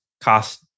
cost